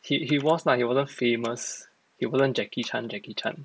he he was lah he wasn't famous he wasn't jackie chan jackie chan